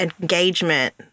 engagement